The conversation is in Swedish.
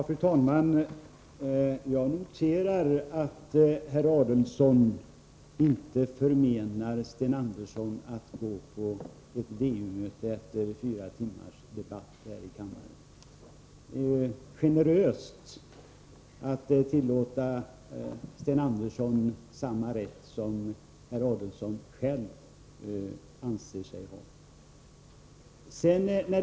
Fru talman! Jag noterar att herr Adelsohn inte förmenar Sten Andersson att efter fyra timmars debatt här i kammaren gå på ett VU-möte. Det är generöst av herr Adelsohn att låta Sten Andersson ha samma rätt som han själv anser sig ha.